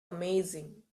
amazing